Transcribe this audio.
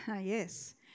Yes